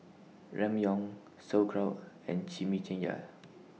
Ramyeon Sauerkraut and Chimichangas